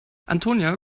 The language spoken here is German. antonia